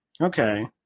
Okay